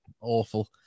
awful